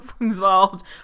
involved